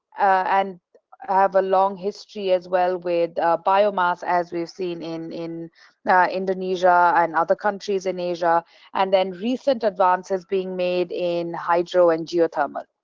and have a long history as well with biomass as we've seen in in indonesia and other countries in asia and then recent advances being made in hydro and geothermal.